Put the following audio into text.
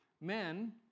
men